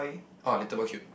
oh little boy cute